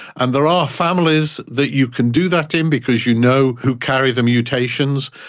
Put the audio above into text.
and there are families that you can do that in because you know who carry the mutations.